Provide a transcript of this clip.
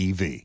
EV